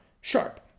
sharp